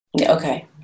Okay